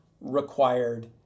required